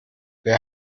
wer